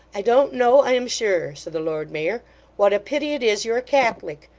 i don't know, i am sure said the lord mayor what a pity it is you're a catholic!